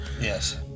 Yes